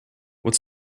what